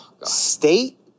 State